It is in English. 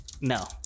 No